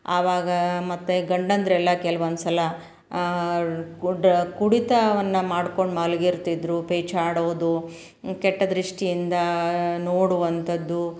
ಆವಾಗ ಮತ್ತು ಗಂಡಂದಿರೆಲ್ಲ ಕೆಲ್ವೊಂದು ಸಲ ಕುಡ್ಡ ಕುಡಿತವನ್ನ ಮಾಡ್ಕೊಂಡು ಮಲಗಿರ್ತಿದ್ರು ಪೇಚಾಡೋದು ಕೆಟ್ಟ ದೃಷ್ಟಿಯಿಂದ ನೋಡುವಂಥದ್ದು